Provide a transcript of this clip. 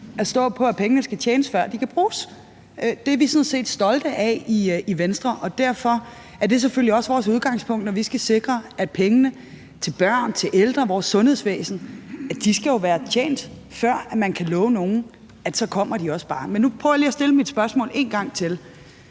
at stå på, at pengene skal tjenes, før de kan bruges. Men det er vi sådan set stolte af i Venstre, og derfor er det selvfølgelig også vores udgangspunkt, når vi skal sikre pengene til børn, til ældre, til vores sundhedsvæsen – de skal jo være tjent, før man kan love nogen, at de så også kommer. Men nu prøver jeg lige at stille mit spørgsmål en gang til: